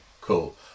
Cool